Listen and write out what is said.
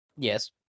Yes